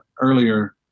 earlier